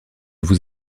vous